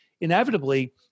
inevitably